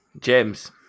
James